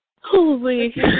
Holy